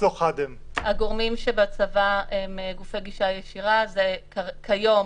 הגורמים שבצבא שהם גופי גישה ישירה הם כיום: